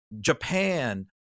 Japan